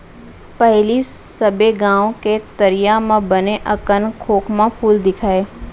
पहिली सबे गॉंव के तरिया म बने अकन खोखमा फूल दिखय